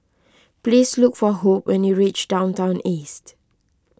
please look for Hope when you reach Downtown East